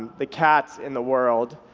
the cats in the world,